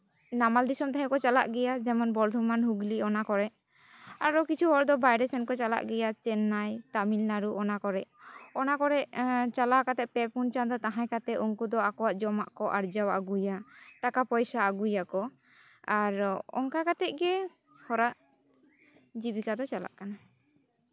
ᱱᱟᱢᱟᱞ ᱫᱤᱥᱚᱢ ᱛᱮᱦᱚᱸ ᱠᱚ ᱪᱟᱞᱟᱜ ᱜᱮᱭᱟ ᱡᱮᱢᱚᱱ ᱵᱚᱨᱫᱷᱚᱢᱟᱱ ᱦᱩᱜᱽᱞᱤ ᱚᱱᱟ ᱠᱚᱨᱮᱫ ᱟᱨᱚ ᱠᱤᱪᱷᱩ ᱦᱚᱲ ᱫᱚ ᱵᱟᱭᱨᱮ ᱥᱮᱱ ᱠᱚ ᱪᱟᱞᱟᱜ ᱜᱮᱭᱟ ᱪᱮᱱᱱᱟᱭ ᱛᱟᱹᱢᱤᱞᱱᱟᱹᱲᱩ ᱚᱱᱟ ᱠᱚᱨᱮᱫ ᱚᱱᱟᱠᱚᱨᱮᱫ ᱪᱟᱞᱟᱣ ᱠᱟᱛᱮᱫ ᱯᱮ ᱯᱩᱱ ᱪᱟᱸᱫᱳ ᱛᱟᱦᱮᱸ ᱠᱟᱛᱮᱫ ᱩᱱᱠᱩ ᱫᱚ ᱟᱠᱚᱣᱟᱜ ᱡᱚᱢᱟᱜ ᱠᱚ ᱟᱨᱡᱟᱣ ᱟᱹᱜᱩᱭᱟ ᱴᱟᱠᱟ ᱯᱚᱭᱥᱟ ᱟᱹᱜᱩᱭᱟᱠᱚ ᱟᱨ ᱚᱱᱠᱟ ᱠᱟᱛᱮᱫ ᱜᱮ ᱦᱚᱲᱟᱜ ᱡᱤᱵᱤᱠᱟ ᱫᱚ ᱪᱟᱞᱟᱜ ᱠᱟᱱᱟ